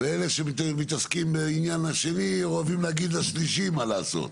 אלה שמתעסקים בעניין השני אוהבים להגיד לשלישי מה לעשות.